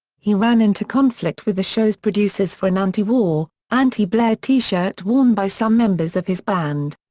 he ran into conflict with the show's producers for an anti-war, anti blair t-shirt worn by some members of his band.